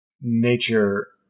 nature